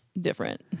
different